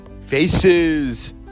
faces